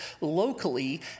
locally